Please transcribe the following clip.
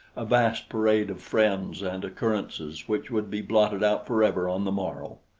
a vast parade of friends and occurrences which would be blotted out forever on the morrow.